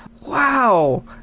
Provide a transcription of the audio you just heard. wow